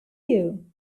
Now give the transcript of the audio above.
you